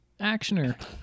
actioner